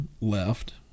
left